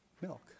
Milk